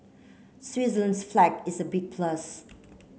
Switzerland's flag is a big plus